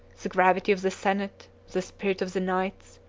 the gravity of the senate, the spirit of the knights,